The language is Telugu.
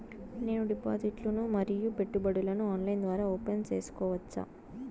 నేను డిపాజిట్లు ను మరియు పెట్టుబడులను ఆన్లైన్ ద్వారా ఓపెన్ సేసుకోవచ్చా?